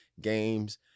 games